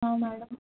madam